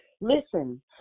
Listen